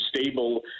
stable